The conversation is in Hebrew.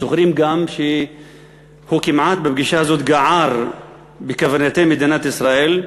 זוכרים גם שבפגישה הזאת הוא כמעט גער בקברניטי מדינת ישראל,